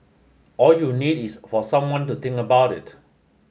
all you need is for someone to think about it